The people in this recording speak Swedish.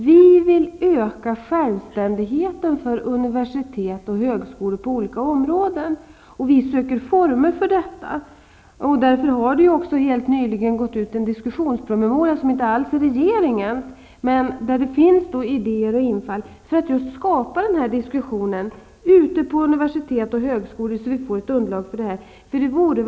Vi vill öka självständigheten på olika områden för universitet och högskolor. Vi söker former för detta. Nyligen har det kommit ut en diskussionspromemoria -- som inte alls är regeringens. Där finns idéer och infall för att skapa diskussionen ute på universitet och högskolor så att det sedan kan skapas underlag för prövningen.